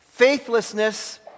faithlessness